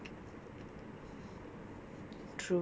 you should've just gotten him out of the car and you drove over